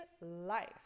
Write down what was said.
life